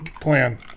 plan